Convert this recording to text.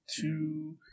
two